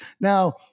Now